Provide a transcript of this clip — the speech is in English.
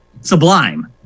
sublime